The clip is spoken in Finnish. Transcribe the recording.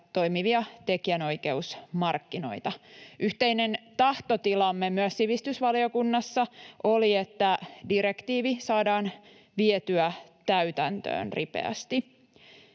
toimivia tekijänoikeusmarkkinoita. Yhteinen tahtotilamme myös sivistysvaliokunnassa oli, että direktiivi saadaan vietyä täytäntöön ripeästi.